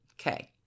Okay